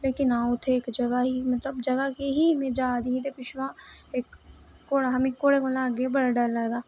लेकिन हां उत्थै इक जगह ही मतलब जगह केह् ही में जा दी ही ते पिच्छुआं इक घोड़ा मिगी घोड़े कोला अग्गै गै बड़ा डर लगदा